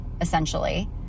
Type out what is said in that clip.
essentially